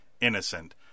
innocent